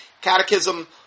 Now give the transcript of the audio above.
Catechism